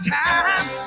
time